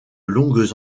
longues